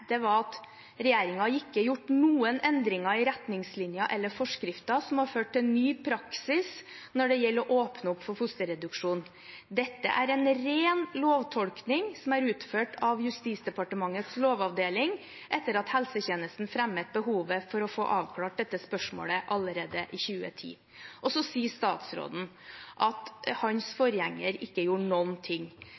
Stortinget, var: «Regjeringen har ikke gjort noen endringer i retningslinjer eller forskrifter som har ført til ny praksis når det gjelder å åpne opp for fosterreduksjon. Dette er en ren lovtolkning som er utført av Justisdepartementets lovavdeling etter at helsetjenesten fremmet behovet for å få avklart dette spørsmålet allerede i 2010.» Og så sier statsråden at hans